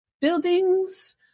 buildings